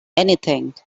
anything